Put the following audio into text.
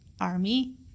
army